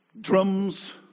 drums